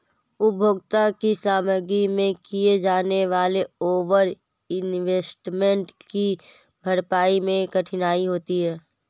उपभोग की सामग्री में किए जाने वाले ओवर इन्वेस्टमेंट की भरपाई मैं कठिनाई होती है